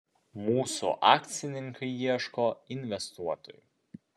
mūsų akcininkai ieško investuotojų